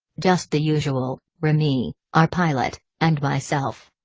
just the usual remy, our pilot, and myself.